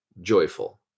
joyful